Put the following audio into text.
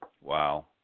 Wow